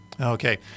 Okay